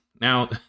Now